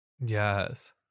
Yes